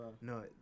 no